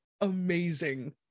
amazing